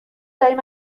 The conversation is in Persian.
داریم